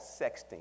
sexting